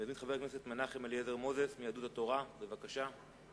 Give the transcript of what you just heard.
חבר הכנסת מנחם אליעזר מוזס מיהדות התורה, בבקשה.